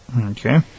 Okay